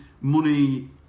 Money